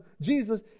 Jesus